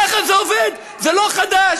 ככה זה עובד, זה לא חדש.